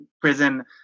prison